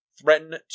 threaten